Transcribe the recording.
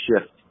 shift